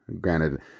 Granted